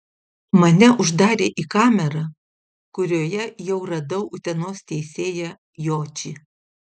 mane uždarė į kamerą kurioje jau radau utenos teisėją jočį